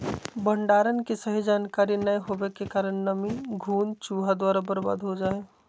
भंडारण के सही जानकारी नैय होबो के कारण नमी, घुन, चूहा द्वारा बर्बाद हो जा हइ